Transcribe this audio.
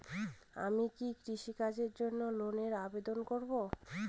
আমি কি কৃষিকাজের জন্য লোনের আবেদন করব?